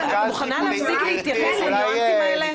את מוכנה להפסיק להתייחס לניואנסים האלה.